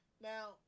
now